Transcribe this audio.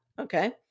Okay